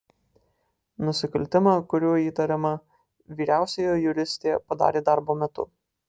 nusikaltimą kuriuo įtariama vyriausioji juristė padarė darbo metu